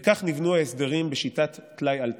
וכך נבנו ההסדרים בשיטת טלאי על טלאי.